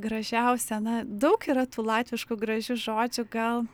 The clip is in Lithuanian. gražiausią na daug yra tų latviškų gražių žodžių gal